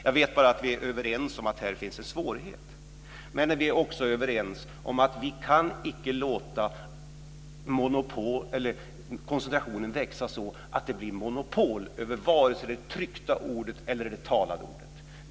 Jag vet bara att vi är överens om att det här finns en svårighet. Men vi är också överens om att vi icke kan låta koncentrationen växa så att det uppstår monopol, varken över det tryckta ordet eller över det talade.